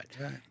Right